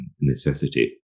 necessity